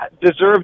deserved